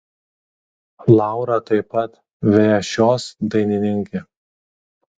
laura taip pat viešios dainininkė